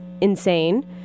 insane